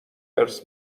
ارث